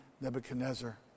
Nebuchadnezzar